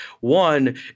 One